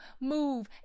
move